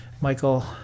Michael